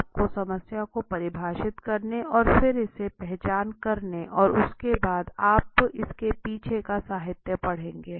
आपको समस्या को परिभाषित करने और फिर इसे पहचान करने और उसके बाद आप इसके पीछे का साहित्य पढ़ेंगे